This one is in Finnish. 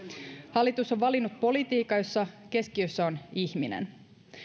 hallitus on valinnut politiikan jossa keskiössä on ihminen